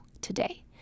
today